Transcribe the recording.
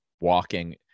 walking